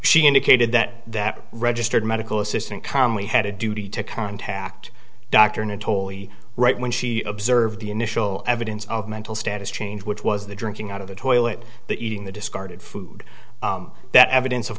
she indicated that that registered medical assistant calmly had a duty to contact dr in a totally right when she observed the initial evidence of mental status change which was the drinking out of the toilet the eating the discarded food that evidence of